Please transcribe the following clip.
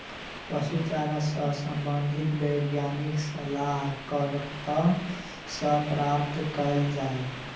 पशु चारा सऽ संबंधित वैज्ञानिक सलाह कतह सऽ प्राप्त कैल जाय?